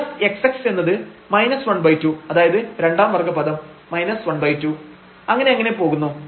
fxx എന്നത് ½ അതായത് രണ്ടാം വർഗ്ഗ പദം ½ അങ്ങനെയങ്ങനെ പോകുന്നു